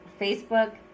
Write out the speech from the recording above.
Facebook